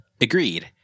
Agreed